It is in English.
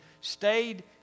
stayed